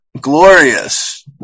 Glorious